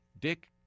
dick